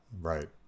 Right